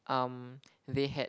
um they had